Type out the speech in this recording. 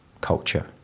culture